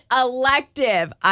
elective